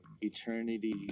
Eternity